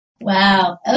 Wow